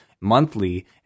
Monthly